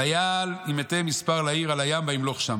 ויעל עם מתי מספר לעיר על הים וימלוך שם.